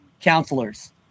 counselors